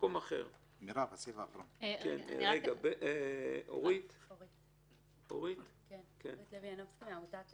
בתור